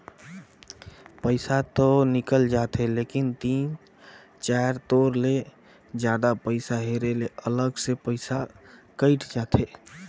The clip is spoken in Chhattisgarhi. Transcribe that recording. पइसा तो निकल जाथे लेकिन तीन चाएर तोर ले जादा पइसा हेरे ले अलग से पइसा कइट जाथे